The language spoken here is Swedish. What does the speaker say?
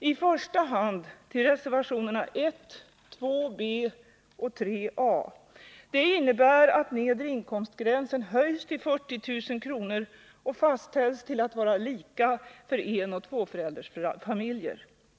i första hand till reservationerna 1, 2 b och 3 a. Det innebär att nedre inkomstgränsen höjs till 40 000 kr. och fastställs till att vara lika för enoch tvåföräldersfamiljer.